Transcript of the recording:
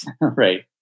Right